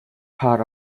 part